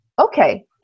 Okay